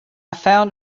found